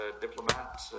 diplomat